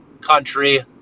country